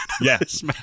Yes